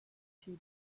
two